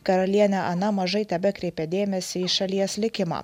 karalienė ana mažai tebekreipia dėmesį į šalies likimą